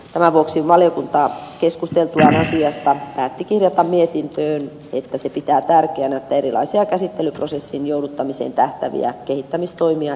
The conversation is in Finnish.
tämän vuoksi valiokunta keskusteltuaan asiasta päätti kirjata mietintöön että se pitää tärkeänä että erilaisia käsittelyprosessin jouduttamiseen tähtääviä kehittämistoimia edelleen jatketaan